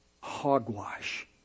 Hogwash